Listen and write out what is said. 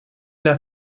der